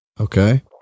Okay